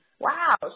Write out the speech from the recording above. Wow